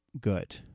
good